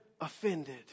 offended